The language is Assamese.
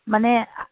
মানে